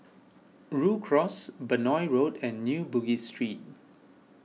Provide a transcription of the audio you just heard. Rhu Cross Benoi Road and New Bugis Street